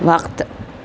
وقت